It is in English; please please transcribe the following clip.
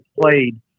played